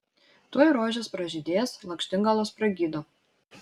tuoj rožės pražydės lakštingalos pragydo